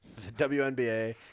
WNBA